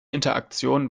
interaktion